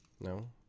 no